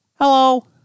Hello